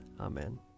Amen